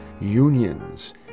unions